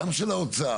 גם של האוצר,